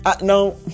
No